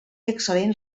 excel·lent